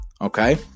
Okay